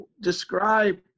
describe